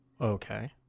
okay